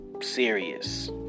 serious